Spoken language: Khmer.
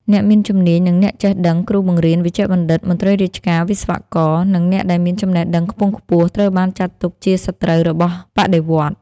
អ្នកមានជំនាញ និងអ្នកចេះដឹង គ្រូបង្រៀន វេជ្ជបណ្ឌិត មន្ត្រីរាជការ វិស្វករ និងអ្នកដែលមានចំណេះដឹងខ្ពង់ខ្ពស់ ត្រូវបានចាត់ទុកជាសត្រូវរបស់បដិវត្តន៍។